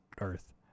earth